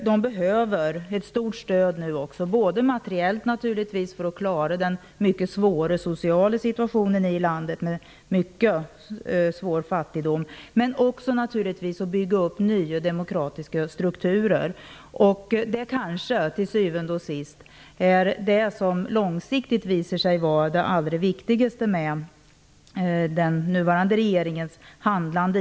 De behöver ett stort stöd nu, både materiellt för att klara den mycket svåra sociala situationen i landet med mycket svår fattigdom och för att bygga upp nya demokratiska strukturer. Det är kanske till syvende och sist det som långsiktigt visar sig vara det allra viktigaste med den nuvarande regeringens handlande.